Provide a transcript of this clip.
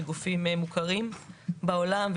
מגופים מוכרים בעולם.